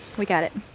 we got it